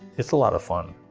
it's a lot of fun.